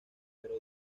pero